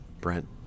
Brent